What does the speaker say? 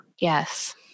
Yes